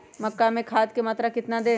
मक्का में खाद की मात्रा कितना दे?